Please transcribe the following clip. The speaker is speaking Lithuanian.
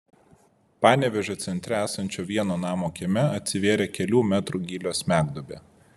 panevėžio centre esančio vieno namo kieme atsivėrė kelių metrų gylio smegduobė